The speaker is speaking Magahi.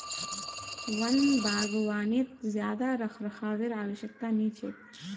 वन बागवानीत ज्यादा रखरखावेर आवश्यकता नी छेक